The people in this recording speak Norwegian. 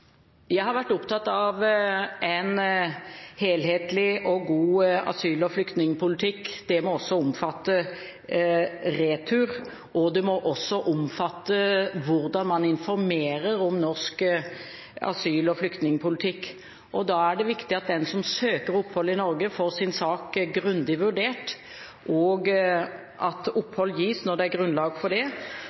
Jeg har vært opptatt av en helhetlig og god asyl- og flyktningpolitikk. Det må også omfatte retur, og det må omfatte hvordan man informerer om norsk asyl- og flyktningpolitikk. Da er det viktig at den som søker opphold i Norge, får sin sak grundig vurdert, og at opphold gis når det er grunnlag for det.